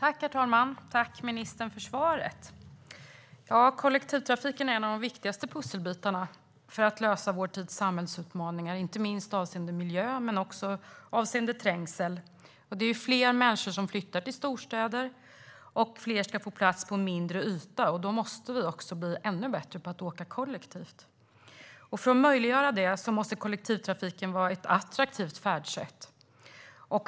Herr talman! Jag tackar ministern för svaret. Kollektivtrafiken är en av de viktigaste pusselbitarna för att vi ska kunna lösa vår tids samhällsutmaningar, inte minst avseende miljön men också avseende trängsel. Det är fler människor som flyttar till storstäder, och fler ska få plats på en mindre yta. Därför måste vi bli ännu bättre på att åka kollektivt, och för att möjliggöra detta måste kollektivtrafiken vara ett attraktivt färdsätt.